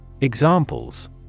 Examples